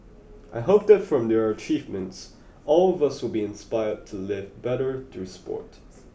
I hope that from their achievements all of us will be inspired to live better through sport